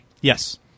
Yes